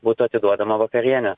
būtų atiduodama vakarienė